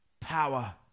Power